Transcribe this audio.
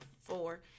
four